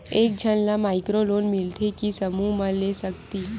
एक झन ला माइक्रो लोन मिलथे कि समूह मा ले सकती?